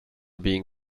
being